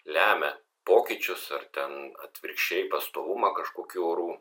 lemia pokyčius ar ten atvirkščiai pastovumą kažkokių orų